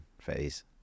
phase